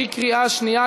בקריאה שנייה,